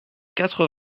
quatre